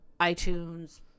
iTunes